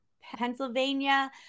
pennsylvania